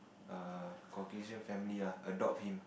err Caucasian family lah adopt him